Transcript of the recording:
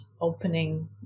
opening